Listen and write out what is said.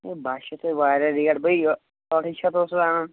ہے باہہ شٮ۪تھ ہاے واریاہ ریٹ بٔے یہِ ٲٹھَے شٮ۪تھ اوسُس اَنان